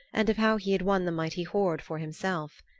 and of how he had won the mighty hoard for himself.